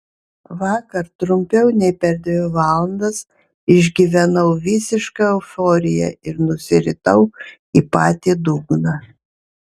vakar trumpiau nei per dvi valandas išgyvenau visišką euforiją ir nusiritau į patį dugną